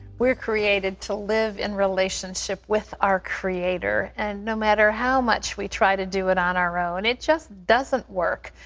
we are created to live in relationship with our creator. and no matter how much we try to do it on our own, it just doesn't work.